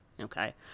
okay